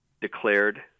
declared